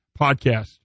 podcast